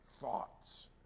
thoughts